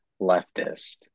leftist